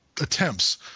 attempts